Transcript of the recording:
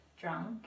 drunk